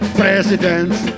presidents